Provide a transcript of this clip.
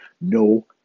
No